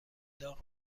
داغ